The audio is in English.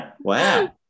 wow